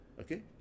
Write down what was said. okay